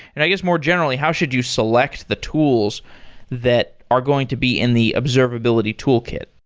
and i guess, more generally, how should you select the tools that are going to be in the observability toolkit?